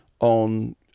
on